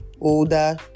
older